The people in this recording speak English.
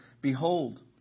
Behold